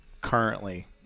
currently